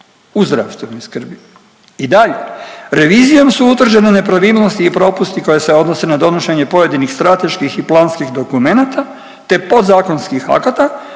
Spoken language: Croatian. u zdravstvenoj skrbi. I dalje, revizijom su utvrđene nepravilnosti i propusti koje se odnose na donošenje pojedinih strateških i planskih dokumenata te podzakonskih akata